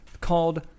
called